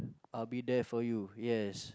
I'll be there for you yes